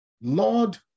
Lord